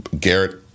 Garrett